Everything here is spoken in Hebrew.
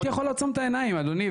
הייתי יכול לעצום את העיניים, אדוני.